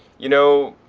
you know,